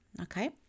Okay